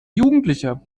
jugendlicher